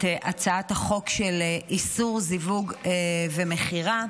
את הצעת החוק של איסור זיווג ומכירה.